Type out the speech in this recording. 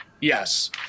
yes